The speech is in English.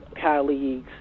colleagues